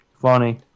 Funny